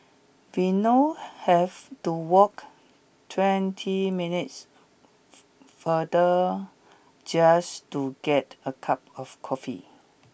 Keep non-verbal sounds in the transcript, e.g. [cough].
we now have to walk twenty minutes [unintelligible] farther just to get a cup of coffee